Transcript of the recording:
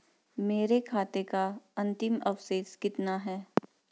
मेरे खाते का अंतिम अवशेष कितना है?